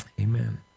Amen